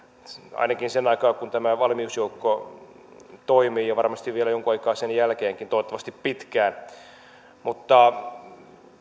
ainakin sen aikaa kun tämä valmiusjoukko toimii ja varmasti vielä jonkun aikaa sen jälkeenkin toivottavasti pitkään mutta